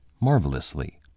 marvelously